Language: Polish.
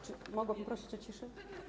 Czy mogłabym prosić o ciszę?